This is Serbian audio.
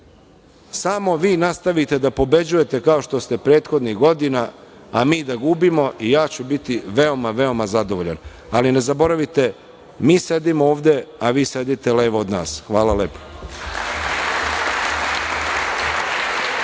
samo vi nastavite da pobeđujete kao što ste prethodnih godina, a mi da gubimo i ja ću biti veoma, veoma zadovoljan, ali ne zaboravite, mi sedimo ovde, a vi sedite levo od nas. Hvala lepo.